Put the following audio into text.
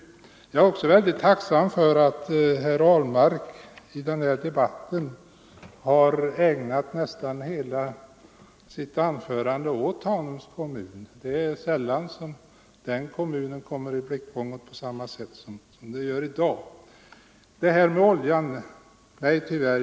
Jag är också väldigt tacksam för att herr Ahlmark ägnade nästan hela sitt anförande åt Tanums kommun. Det är sällan den kommunen kommer i blickfånget på samma sätt som den gör i dag.